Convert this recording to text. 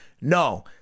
No